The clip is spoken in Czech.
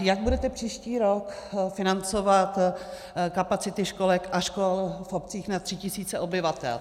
Jak budete příští rok financovat kapacity školek a škol v obcích nad 3 tisíce obyvatel?